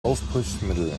aufputschmittel